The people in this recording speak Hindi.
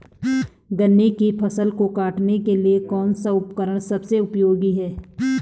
गन्ने की फसल को काटने के लिए कौन सा उपकरण सबसे उपयोगी है?